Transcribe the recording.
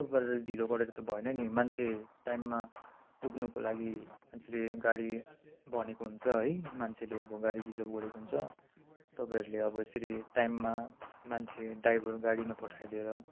यस्तो गरेर ढिलो गरेर त भएन नि मान्छे टाइममा पुग्नुको लागि मान्छेले गाडी भनेको हुन्छ है मान्छेले अब गाडी रिजर्भ गरेको हुन्छ तपाईँहरूले अब यसरी टाइममा मान्छे ड्राइभर गाडी नपठाइदिएर